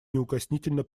неукоснительно